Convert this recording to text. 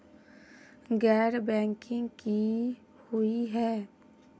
गैर बैंकिंग की हुई है?